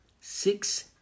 Six